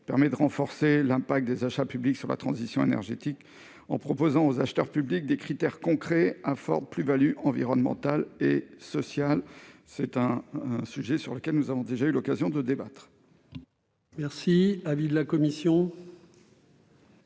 objet de renforcer l'impact des achats publics sur la transition énergétique, en proposant aux acheteurs publics des critères concrets à forte plus-value environnementale et sociétale. C'est un sujet dont nous avons déjà eu l'occasion de débattre. Quel est l'avis de la commission